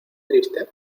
triste